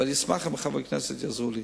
ואני אשמח אם חברי הכנסת יעזרו לי.